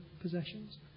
possessions